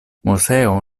moseo